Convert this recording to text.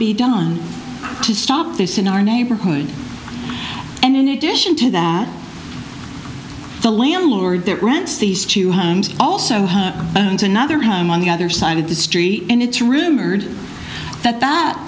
be done to stop this in our neighborhood and in addition to that the landlord that rents these two homes also have another home on the other side of the street and it's rumored that that